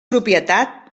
propietat